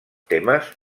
temes